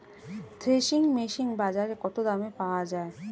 Threshing machine বাজারে কত দামে পাওয়া যায়?